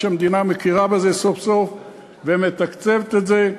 ואני שמח שהמדינה מכירה בזה סוף-סוף ומתקצבת את זה.